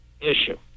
issue